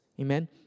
Amen